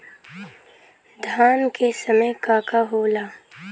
धान के समय का का होला?